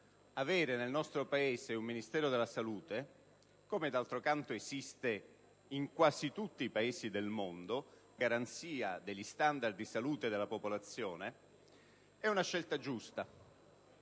avere nel nostro Paese un Ministero della salute, come d'altro canto esiste in quasi tutti i Paesi del mondo a garanzia degli standard di salute della popolazione, sia giusta.